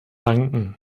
danken